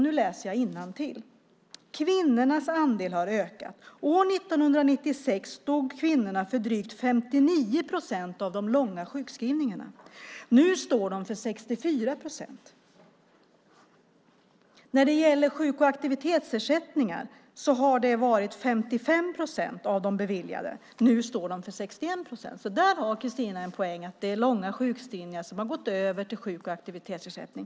Nu läser jag innantill: Kvinnornas andel har ökat. År 1996 stod kvinnorna för drygt 59 procent av de långa sjukskrivningarna. Nu står de för 64 procent. När det gäller sjuk och aktivitetsersättningar har det varit 55 procent av de beviljade. Nu står de för 61 procent. Där har alltså Cristina en poäng, att det är långa sjukskrivningar som har gått över till sjuk och aktivitetsersättning.